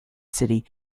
city